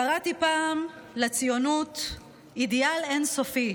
"קראתי פעם לציונות אידיאל אין-סופי,